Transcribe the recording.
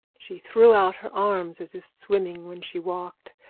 she threw out her arms as if swimming when she walked,